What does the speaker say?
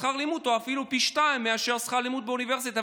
הוא אפילו פי שניים מאשר שכר הלימוד באוניברסיטה.